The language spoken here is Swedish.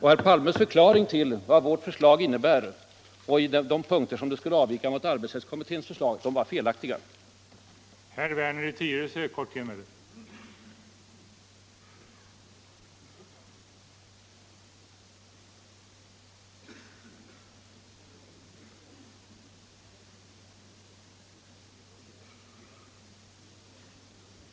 Herr Palmes tolkning vad vårt förslag innebär och i vilka punkter det skulle avvika från arbetsrättskommitténs förslag var i allt väsentligt felaktig.